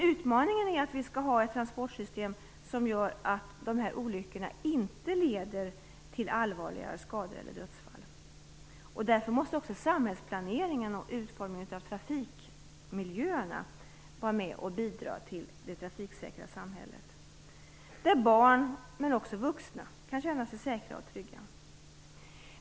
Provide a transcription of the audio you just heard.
Utmaningen är att vi skall ha ett transportsystem som gör att olyckorna inte leder till allvarligare skador eller dödsfall. Därför måste också samhällsplaneringen och utformningen av trafikmiljön bidra till det trafiksäkra samhället, där barn men också vuxna kan känna sig säkra och trygga.